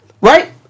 Right